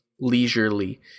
leisurely